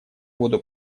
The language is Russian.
воду